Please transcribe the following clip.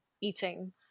eating